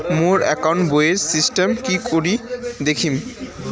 মোর account বইয়ের statement কি করি দেখিম?